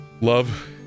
Love